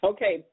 Okay